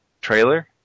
trailer